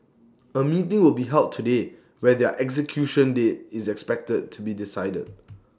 A meeting will be held today where their execution date is expected to be decided